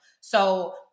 So-